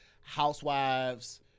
housewives